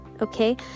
okay